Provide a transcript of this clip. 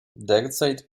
derzeit